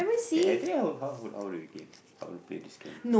okay actually how you how you how do you game how do you play this game